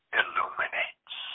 illuminates